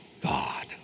God